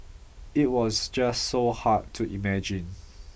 it was just so hard to imagine